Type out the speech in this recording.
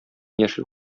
яшел